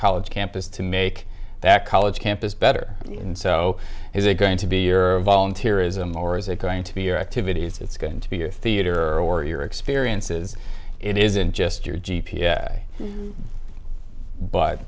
college campus to make that college campus better and so is it going to be your volunteerism or is it going to be your activities it's going to be your theater or your experiences it isn't just your g